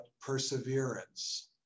perseverance